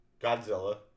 Godzilla